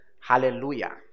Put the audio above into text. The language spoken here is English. Hallelujah